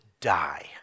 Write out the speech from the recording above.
die